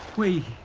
we,